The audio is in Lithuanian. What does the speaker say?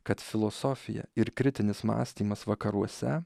kad filosofija ir kritinis mąstymas vakaruose